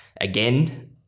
again